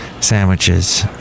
Sandwiches